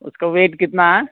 उसका वेट कितना है